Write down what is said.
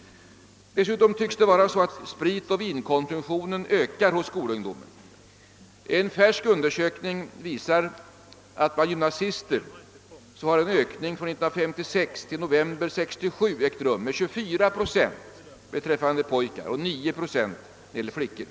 Dessutom tycks spritoch vinkonsumtionen öka hos skolungdomen. En färsk undersökning visar att det för gymnasister har varit en ökning från 1956 till november 1967 med 24 procent beträffande pojkar och med 9 procent beträffande flickor.